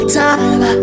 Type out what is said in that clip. time